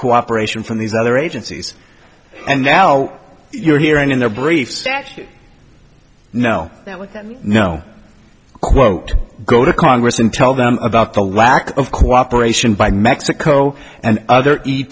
cooperation from these other agencies and now you're hearing in their brief stack now that we know quote go to congress and tell them about the lack of cooperation by mexico and other e